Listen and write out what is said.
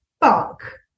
fuck